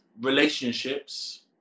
relationships